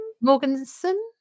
Morganson